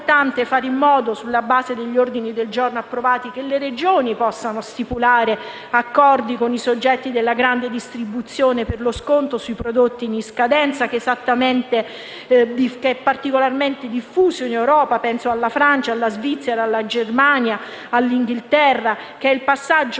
importante fare in modo, sulla base degli ordini del giorno approvati, che le Regioni possano stipulare accordi con i soggetti delle grande distribuzione per lo sconto sui prodotti in scadenza, che è estremamente diffuso in Europa (penso alla Francia, alla Svizzera, alla Germania, al Regno Unito) e che è il passaggio